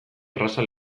erraza